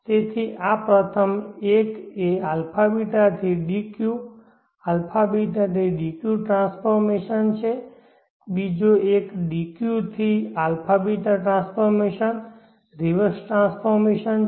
તેથી આ પ્રથમ 1 એ α β થી d q α β થી d q ટ્રાન્સફોર્મેશન છે બીજો એક d q થી α β ટ્રાન્સફોર્મેશન રિવર્સ ટ્રાન્સફોર્મેશન છે